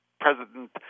president